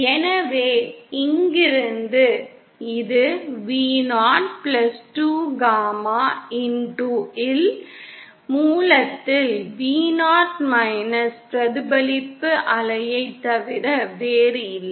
எனவே இங்கிருந்து இது Vo 2காமா x இல் மூலத்தில் Vo பிரதிபலித்த அலையைத் தவிர வேறில்லை